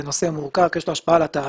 זה נושא מורכב כי יש לו השפעה על התעריף.